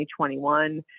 2021